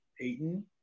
Payton